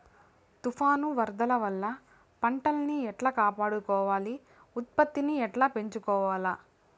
తుఫాను, వరదల వల్ల పంటలని ఎలా కాపాడుకోవాలి, ఉత్పత్తిని ఎట్లా పెంచుకోవాల?